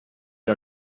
die